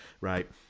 Right